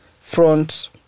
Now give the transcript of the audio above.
front